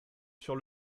sur